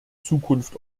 zukunft